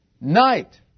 night